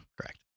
Correct